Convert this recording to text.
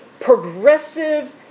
progressive